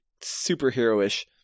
superhero-ish